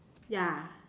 ya